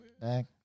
back